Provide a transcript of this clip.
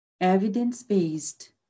evidence-based